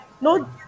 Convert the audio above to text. no